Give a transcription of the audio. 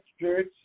church